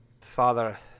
father